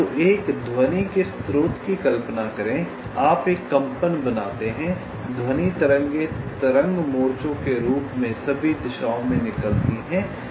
तो एक ध्वनि के स्रोत की कल्पना करें आप एक कंपन बनाते हैं ध्वनि तरंगें तरंग मोर्चों के रूप में सभी दिशाओं में निकलती हैं